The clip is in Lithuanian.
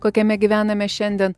kokiame gyvename šiandien